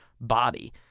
body